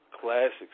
classics